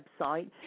website